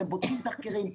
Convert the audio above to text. בודקים תחקירים,